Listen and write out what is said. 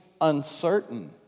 uncertain